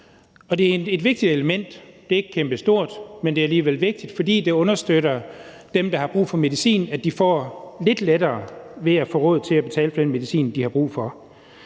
det er et vigtigt element. Det er ikke kæmpestort, men det er alligevel vigtigt, fordi det understøtter, at dem, der har brug for medicin, får lidt lettere ved at få råd til at betale for den medicin, de har brug for.